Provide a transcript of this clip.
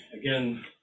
Again